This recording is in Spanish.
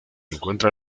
encuentra